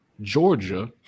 georgia